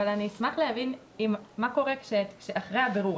אבל אני אשמח להבין מה קורה אחרי הבירור.